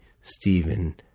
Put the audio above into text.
Stephen